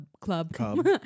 Club